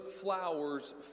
flowers